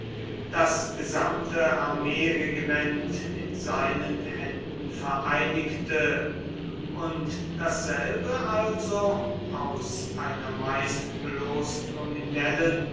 das gesamte armeeregiment in seinen händen vereinigte und dasselbe also aus einer meist bloß nominellen